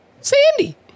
Sandy